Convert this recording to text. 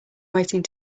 waiting